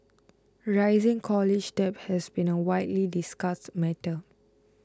rising college debt has been a widely discussed matter